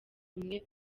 umwe